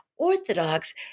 Orthodox